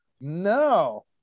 No